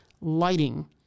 lighting